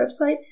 website